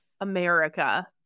america